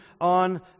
on